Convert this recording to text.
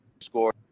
score